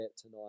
tonight